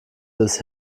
des